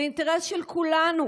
זה אינטרס של כולנו,